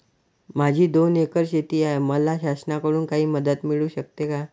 माझी दोन एकर शेती आहे, मला शासनाकडून काही मदत मिळू शकते का?